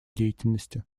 деятельности